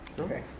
Okay